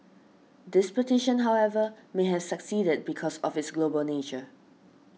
this petition however may have succeeded because of its global nature